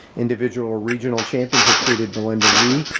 individual regional champions included belinda lee,